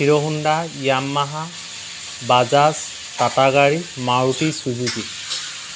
hero Honda Yamaha Bajaj Tata গাড়ী Maruti Suzuki